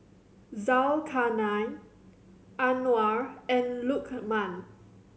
Zulkarnain Anuar and Lukman